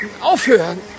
Aufhören